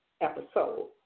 episode